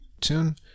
tune